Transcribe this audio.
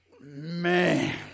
man